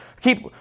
Keep